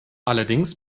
allerdings